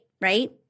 right